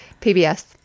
PBS